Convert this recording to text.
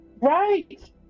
Right